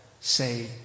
say